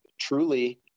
truly